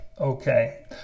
okay